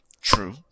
True